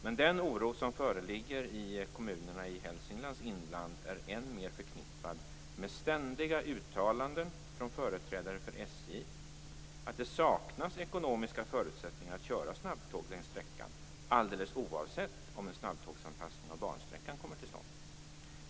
Men den oro som föreligger i kommunerna i Hälsinglands inland är än mer förknippad med ständiga uttalanden från företrädare för SJ att det saknas ekonomiska förutsättningar att köra snabbtåg längs sträckan alldeles oavsett om en snabbtågsanpassning av bansträckan kommer till stånd.